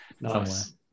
nice